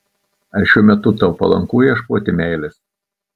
ar šiuo metu tau palanku ieškoti meilės